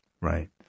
Right